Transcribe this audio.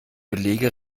belege